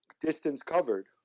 distance-covered